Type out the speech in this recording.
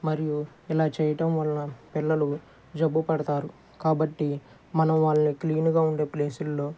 మరియు ఇలా చేయటం వల్ల పిల్లలు జబ్బు పడుతారు కాబట్టి మనం వాళ్ళని క్లీన్గా ఉండే ప్లేసుల్లో